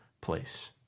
place